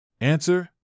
Answer